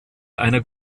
einer